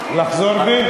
הכנסת פריג', תחזור בך.